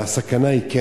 אבל הסכנה כן קיימת.